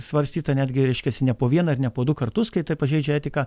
svarstyta netgi reiškiasi ne po vieną ar ne po du kartus kai tai pažeidžia etiką